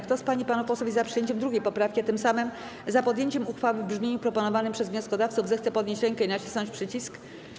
Kto z pań i panów posłów jest za przyjęciem 2. poprawki, a tym samym za podjęciem uchwały w brzmieniu proponowanym przez wnioskodawców, zechce podnieść rękę i nacisnąć przycisk.